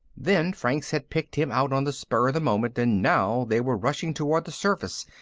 then franks had picked him out on the spur of the moment. and now they were rushing toward the surface,